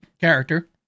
Character